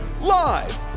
Live